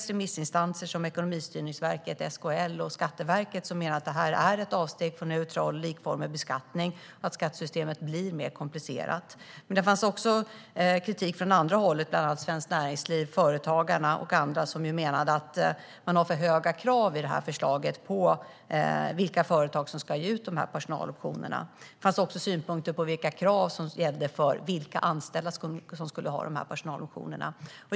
Remissinstanser som Ekonomistyrningsverket, SKL och Skatteverket menar att det här är ett avsteg från neutral och likformig beskattning och att skattesystemet blir mer komplicerat. Men det kommer också kritik från andra hållet, bland annat från Svenskt Näringsliv och Företagarna som menar att man har för höga krav i det här förslaget på vilka företag som ska ge ut personaloptionerna. Det finns också synpunkter på vilka krav som ska gälla och vilka anställda som ska ha personaloptionerna.